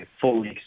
fully